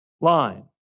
line